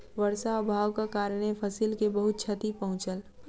वर्षा अभावक कारणेँ फसिल के बहुत क्षति पहुँचल